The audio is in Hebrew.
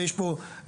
ויש פה נתונים.